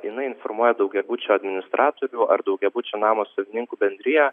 jinai informuoja daugiabučio administratorių ar daugiabučio namo savininkų bendriją